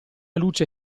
luce